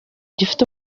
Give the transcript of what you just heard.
gifite